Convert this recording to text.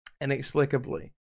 Inexplicably